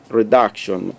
reduction